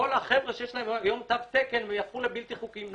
כל החבר'ה שיש להם היום תו תקן יהפכו להיות בלתי חוקיים.